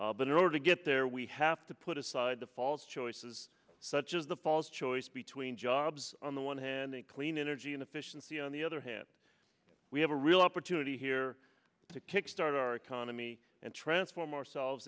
in order to get there we have to put aside the false choices such as the false choice between jobs on the one hand and clean energy and efficiency on the other hand we have a real opportunity here to kickstart our economy and transform ourselves